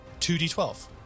2d12